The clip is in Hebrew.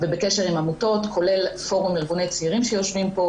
ובקשר עם עמותות כולל פורום ארגוני צעירים שיושבים פה,